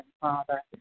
Father